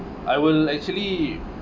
I will actually